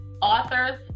authors